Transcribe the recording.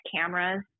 cameras